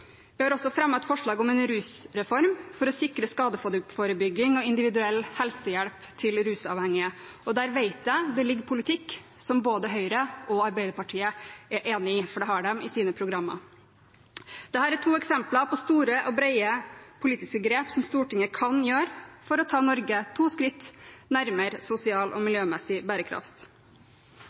Vi har også fremmet et forslag om en rusreform for å sikre skadeforebygging og individuell helsehjelp til rusavhengige. Her vet jeg det ligger politikk som både Høyre og Arbeiderpartiet er enig i, for det har de i sine programmer. Dette er to eksempler på store og brede politiske grep som Stortinget kan gjøre for å ta Norge to skritt nærmere sosial og miljømessig bærekraft.